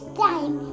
time